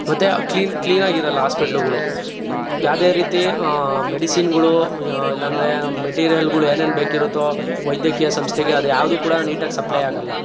ಮತ್ತು ಕ್ಲೀನ್ ಕ್ಲೀನಾಗಿರಲ್ಲ ಆಸ್ಪೆಟ್ಲ್ಗಳು ಯಾವುದೇ ರೀತಿ ಮೆಡಿಸಿನ್ಗಳು ಇಲ್ಲಾಂದರೆ ಮೆಟೀರಿಯಲ್ಗಳು ಏನೇನು ಬೇಕಿರುತ್ತೋ ವೈದ್ಯಕೀಯ ಸಂಸ್ಥೆಗೆ ಅದ್ಯಾವುದು ಕೂಡ ನೀಟಾಗಿ ಸಪ್ಲೈಯಾಗಲ್ಲ